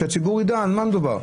אז שהציבור ידע על מה מדובר.